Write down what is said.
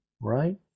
right